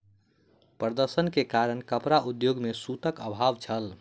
प्रदर्शन के कारण कपड़ा उद्योग में सूतक अभाव छल